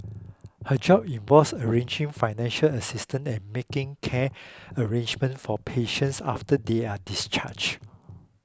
her job involves arranging financial assistance and making care arrangements for patients after they are discharged